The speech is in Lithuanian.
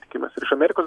tikimės ir iš amerikos